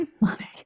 money